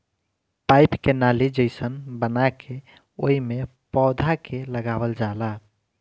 pipe के नाली जइसन बना के ओइमे पौधा के लगावल जाला